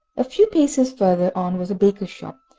a few paces further on was a baker's shop,